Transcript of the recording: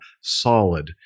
solid